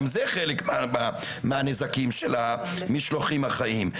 גם זה חלק מהנזקים של המשלוחים החיים.